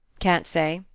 can't say.